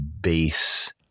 base